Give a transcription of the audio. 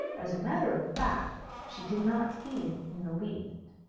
as a matter of fact, she did not see it in the least.